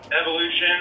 Evolution